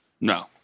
No